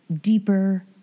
Deeper